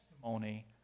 testimony